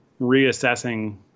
reassessing